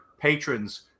patrons